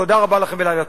תודה רבה לכם ולילה טוב.